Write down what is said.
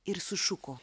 ir sušuko